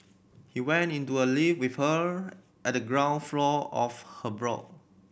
he went into a lift with her at the ground floor of her block